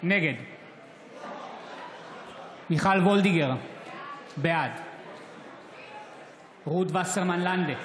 נגד מיכל וולדיגר, בעד רות וסרמן לנדה,